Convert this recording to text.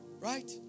right